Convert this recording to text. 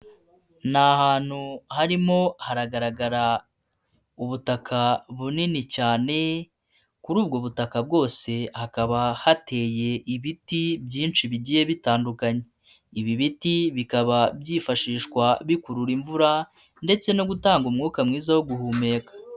Ni ahantu harimo hagaragara ubutaka bunini cyane, kuri ubwo butaka bwose hakaba hateye ibiti byinshi bigiye bitandukanyekanye, ibi biti bikaba byifashishwa bikurura imvura ndetse no gutanga umwuka mwiza wo guhumeka.